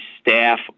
staff